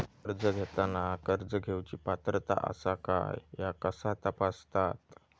कर्ज घेताना कर्ज घेवची पात्रता आसा काय ह्या कसा तपासतात?